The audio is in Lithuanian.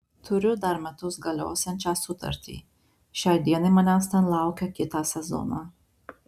turiu dar metus galiosiančią sutartį šiai dienai manęs ten laukia kitą sezoną